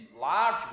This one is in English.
large